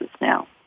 now